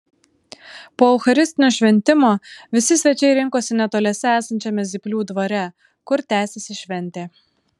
po eucharistinio šventimo visi svečiai rinkosi netoliese esančiame zyplių dvare kur tęsėsi šventė